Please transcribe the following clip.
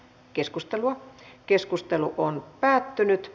keskustelua ei syntynyt